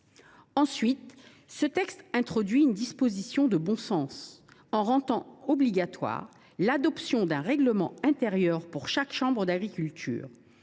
Ensuite, ce texte introduit une disposition de bon sens, en rendant obligatoire l’adoption d’un règlement intérieur dans chaque chambre d’agriculture.